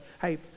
hey